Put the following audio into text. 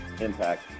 impact